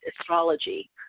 astrology